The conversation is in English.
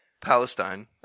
Palestine